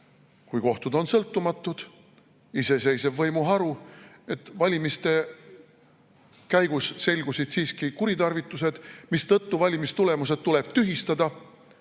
kui kohtud on sõltumatud, iseseisev võimuharu, et valimiste käigus selgusid siiski kuritarvitused, mistõttu valimistulemused tuleb tühistada.